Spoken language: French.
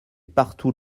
partout